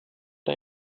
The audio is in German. der